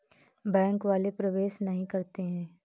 Bank वाले प्रवेश नहीं करते हैं?